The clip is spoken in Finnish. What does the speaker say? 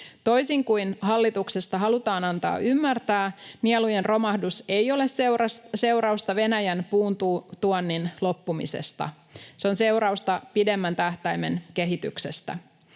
Toisin kuin hallituksesta halutaan antaa ymmärtää, nielujen romahdus ei ole seurausta Venäjän puuntuonnin loppumisesta. Se on seurausta pidemmän tähtäimen kehityksestä.